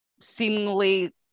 seemingly